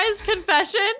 confession